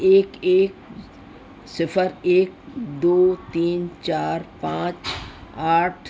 ایک ایک صفر ایک دو تین چار پانچ آٹھ